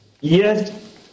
Yes